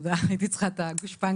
תודה, הייתי צריכה את הגושפנקה...